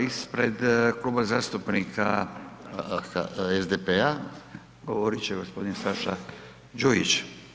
Ispred Kluba zastupnika SDP-a govorit će gospodin Saša Đujić.